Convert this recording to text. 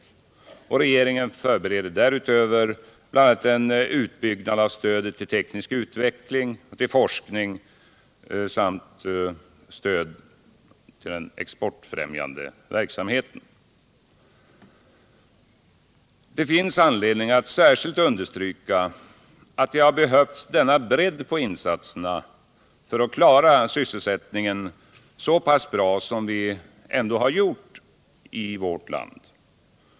Re Onsdagen den geringen förbereder därutöver bl.a. en utbyggnad av stödet till teknisk 7 december 1977 utveckling och forskning samt av den exportfrämjande verksamheten. — Det finns anledning att särskilt understryka att det har behövts denna — Den ekonomiska bredd på insatserna för att klara sysselsättningen så pass bra som vi ändå politiken m.m. har gjort i vårt land.